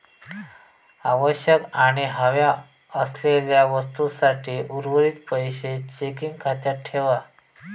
आवश्यक आणि हव्या असलेल्या वस्तूंसाठी उर्वरीत पैशे चेकिंग खात्यात ठेवा